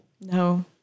No